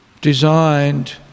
designed